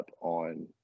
on